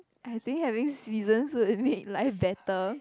I think having seasons will make life better